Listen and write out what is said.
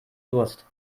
durst